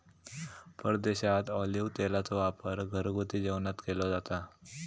परदेशात ऑलिव्ह तेलाचो वापर घरगुती जेवणात केलो जाता